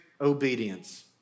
obedience